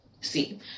see